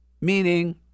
meaning